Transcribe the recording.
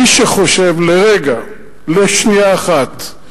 מי שחושב לרגע, לשנייה אחת,